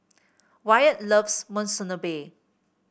Wyatt loves Monsunabe